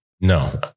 No